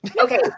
Okay